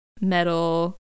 metal